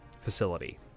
facility